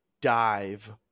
dive